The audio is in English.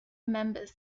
members